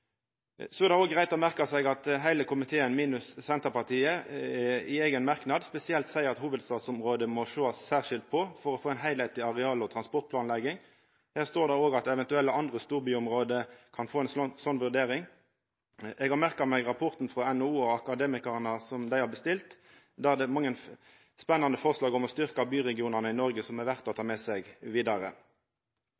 Så er det òg greitt å merkja seg at heile komiteen, minus Senterpartiet, i eigen merknad spesielt seier at hovudstadsområdet må sjåast særskilt på for å få ei heilskapleg areal- og transportplanleggjing. Der står det òg at eventuelle andre storbyområde kan få ei sånn vurdering. Eg har merka meg rapporten frå NHO og Akademikerne, som dei har bestilt. Der er det mange spennande forslag om å styrkja byregionane i Noreg som er verde å ta